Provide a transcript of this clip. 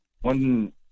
one